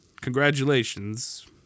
Congratulations